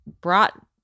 brought